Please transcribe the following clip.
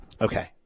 okay